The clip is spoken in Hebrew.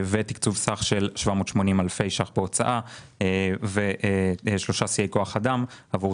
תקצוב סך של 780 אלפי שקלים בהוצאה ושלושה שיאי כוח אדם עבור